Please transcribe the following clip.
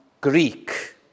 Greek